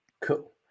Cool